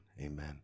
Amen